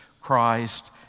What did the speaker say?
Christ